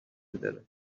داره